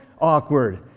awkward